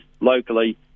locally